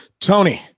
Tony